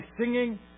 singing